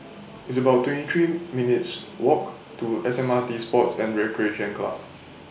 It's about twenty three minutes' Walk to S M R T Sports and Recreation Club